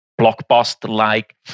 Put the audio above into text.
blockbuster-like